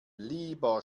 lieber